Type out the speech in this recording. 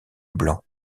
blanc